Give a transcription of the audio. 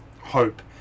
hope